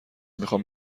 میخوام